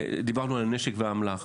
דיברנו על נשק ואמל"ח,